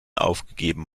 aufgegeben